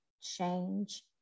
change